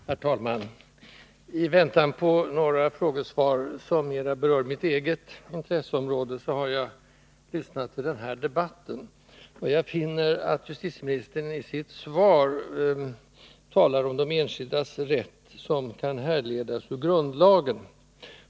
Herr talman! I väntan på några interpellationssvar som mera berör mitt eget intresseområde har jag lyssnat till den här debatten. Jag finner att justitieministern i sitt svar talar om de enskildas rätt som kan härledas ur grundlagen.